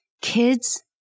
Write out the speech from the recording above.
kids